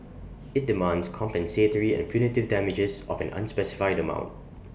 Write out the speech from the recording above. IT demands compensatory and punitive damages of an unspecified amount